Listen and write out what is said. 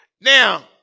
Now